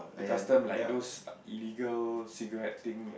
customs like those illegal cigarette thing like